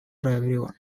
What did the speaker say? everyone